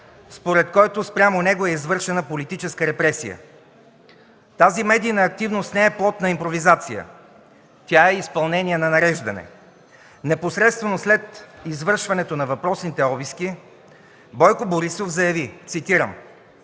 според който спрямо него е извършена политическа репресия. Тази медийна активност не е плод на импровизация. Тя е изпълнение на нареждане. Непосредствено след извършването на въпросните обиски Бойко Борисов заяви, цитирам: